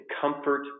comfort